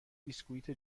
بسکویت